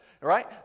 right